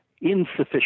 insufficient